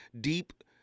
deep